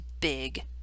big